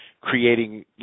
creating